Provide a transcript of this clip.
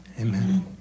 Amen